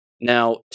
Now